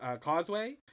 Causeway